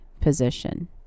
position